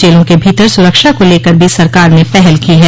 जेलों के भीतर सूरक्षा को लेकर भी सरकार ने पहल की है